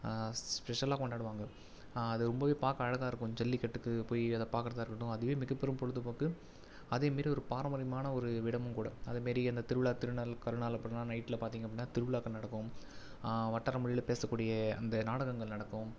ஸ்பெஷலாக கொண்டாடுவாங்க அதை ரொம்பவே பார்க்க அழகாக இருக்கும் ஜல்லிக்கட்டுக்குப் போய் அதை பார்க்கறதா இருக்கட்டும் அதுவே மிகப்பெரும் பொழுதுபோக்கு அதே மாரி ஒரு பாரம்பரியமான ஒரு இடமும் கூட அது மாரி அந்த திருவிழா திருநாள் கருநாள் அப்படின்னா நைட்டில் பார்த்தீங்க அப்படின்னா திருவிழாக்கள் நடக்கும் வட்டார மொழியில் பேசக்கூடிய அந்த நாடகங்கள் நடக்கும்